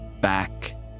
back